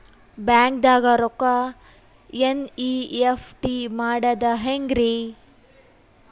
ಬ್ಯಾಂಕ್ದಾಗ ರೊಕ್ಕ ಎನ್.ಇ.ಎಫ್.ಟಿ ಮಾಡದ ಹೆಂಗ್ರಿ?